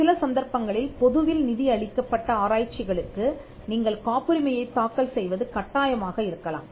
சில சந்தர்ப்பங்களில் பொதுவில் நிதி அளிக்கப்பட்ட ஆராய்ச்சிகளுக்கு நீங்கள் காப்புரிமையைத் தாக்கல் செய்வது கட்டாயமாக இருக்கலாம்